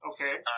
Okay